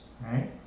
right